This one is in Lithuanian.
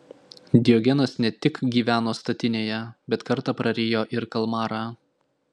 diogenas ne tik gyveno statinėje bet kartą prarijo ir kalmarą